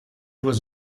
was